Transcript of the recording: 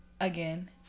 Again